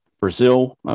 Brazil